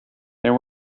there